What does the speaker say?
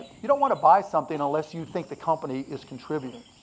you don't wanna buy something unless you think the company is contributing.